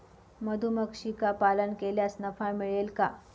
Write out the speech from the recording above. मधुमक्षिका पालन केल्यास नफा मिळेल का?